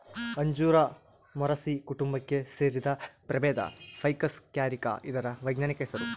ಅಂಜೂರ ಮೊರಸಿ ಕುಟುಂಬಕ್ಕೆ ಸೇರಿದ ಪ್ರಭೇದ ಫೈಕಸ್ ಕ್ಯಾರಿಕ ಇದರ ವೈಜ್ಞಾನಿಕ ಹೆಸರು